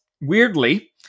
weirdly